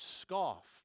scoffed